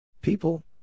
People